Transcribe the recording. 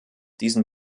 diesen